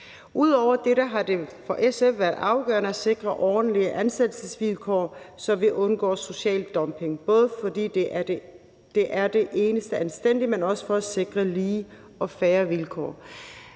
Ud over dette har det for SF været afgørende at sikre ordentlige ansættelsesvilkår, så vi undgår social dumping, både fordi det er det eneste anstændige, men også for at sikre lige og fair vilkår.